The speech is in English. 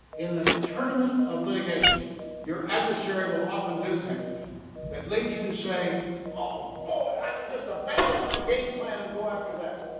in the tournament of litigation your adversary will often do things that lead you to say oh boy! i can just abandon my game plan and go after that.